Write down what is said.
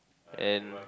and